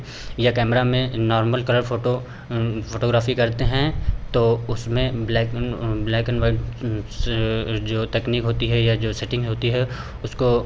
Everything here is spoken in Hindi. या कैमरा में नॉर्मल कलर फ़ोटो फ़ोटोग्राफी करते हैं तो उसमें black and black and white उंह से जो तकनीक होती है या जो सेटिंग होती है उसको